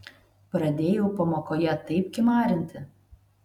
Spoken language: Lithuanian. pradėjau pamokoje taip kimarinti